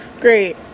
great